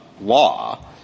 law